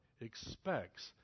expects